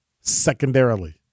secondarily